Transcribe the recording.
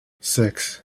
six